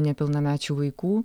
nepilnamečių vaikų